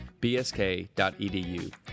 bsk.edu